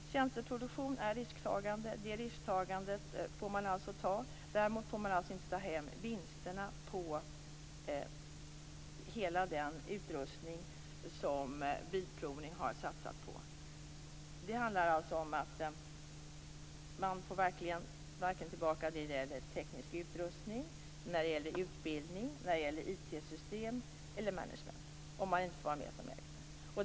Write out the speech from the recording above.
Tjänsteproduktion är risktagande. Det risktagandet får man alltså ta. Däremot får man alltså inte ta hem vinsterna från hela den utrustning som bilprovningen har satsat på. Det handlar alltså om att man inte får tillbaka det som gäller teknisk utrustning, utbildning, IT-system eller management om man inte får vara med som ägare.